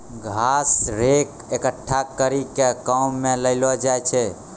घास रेक एकठ्ठा करी के काम मे लैलो जाय छै